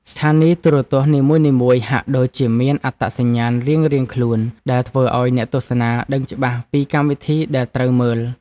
ស្ថានីយទូរទស្សន៍នីមួយៗហាក់ដូចជាមានអត្តសញ្ញាណរៀងៗខ្លួនដែលធ្វើឱ្យអ្នកទស្សនាដឹងច្បាស់ពីកម្មវិធីដែលត្រូវមើល។